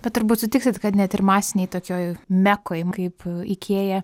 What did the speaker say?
bet turbūt sutiksit kad net ir masinėj tokioj mekoj kaip ikėja